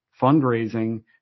fundraising